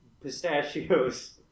Pistachios